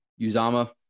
Uzama